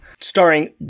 starring